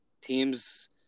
Teams